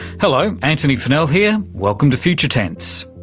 hello. antony funnell here. welcome to future tense.